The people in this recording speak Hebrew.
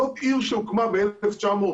זאת עיר שהוקמה ב-1990.